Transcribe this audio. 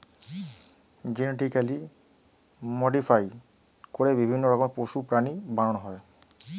genetically modify করে বিভিন্ন রকমের পশু, প্রাণী বানানো হয়